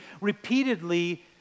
repeatedly